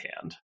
hand